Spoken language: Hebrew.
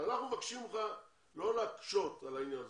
אנחנו מבקשים ממך לא להקשות על העניין הזה.